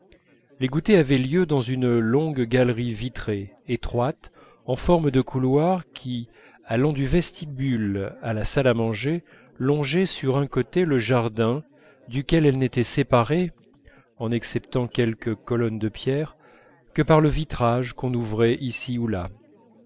les goûters avaient lieu dans une longue galerie vitrée étroite en forme de couloir qui allant du vestibule à la salle à manger longeait sur un côté le jardin duquel elle n'était séparée sauf en exceptant quelques colonnes de pierre que par le vitrage qu'on ouvrait ici ou là